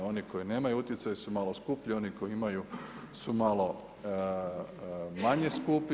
Oni koji nemaju utjecaje su malo skuplji, oni koji imaju su malo manje skupi.